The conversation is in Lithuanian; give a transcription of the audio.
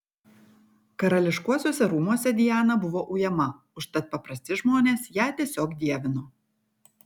karališkuosiuose rūmuose diana buvo ujama užtat paprasti žmonės ją tiesiog dievino